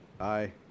Aye